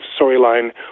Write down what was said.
storyline